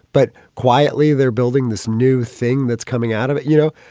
but quietly they're building this new thing that's coming out of it, you know?